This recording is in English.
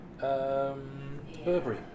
Burberry